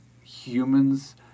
humans